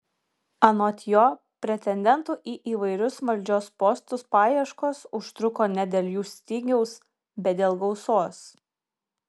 anot jo pretendentų į įvairius valdžios postus paieškos užtruko ne dėl jų stygiaus bet dėl gausos